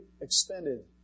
expended